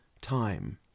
time